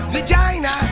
Vagina